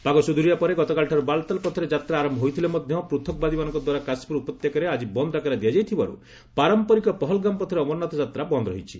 ପାଗ ସୁଧୁରିବା ପରେ ଗତକାଲିଠାରୁ ବାଲ୍ତାଲ୍ ପଥରେ ଯାତ୍ରା ଆରମ୍ଭ ହୋଇଥିଲେ ମଧ୍ୟ ପୃଥକ୍ବାଦୀମାନଙ୍କଦ୍ୱାରା କାଶ୍ମୀର ଉପତ୍ୟକାରେ ଆଜି ବନ୍ଦ୍ ଡାକରା ଦିଆଯାଇଥିବାରୁ ପାରମ୍ପରିକ ପହଲ୍ଗାମ୍ ପଥରେ ଅମରନାଥ ଯାତ୍ରା ବନ୍ଦ୍ ରହିଛି